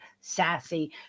sassy